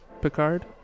Picard